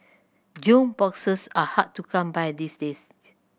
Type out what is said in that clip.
jukeboxes are hard to come by these days